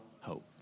hope